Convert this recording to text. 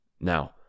Now